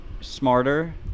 smarter